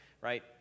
right